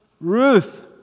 Ruth